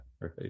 right